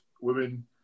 women